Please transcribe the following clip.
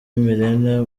milena